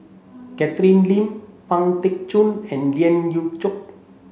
Catherine Lim Pang Teck Joon and Lien Ying Chow